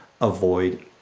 avoid